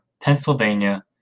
Pennsylvania